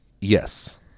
Yes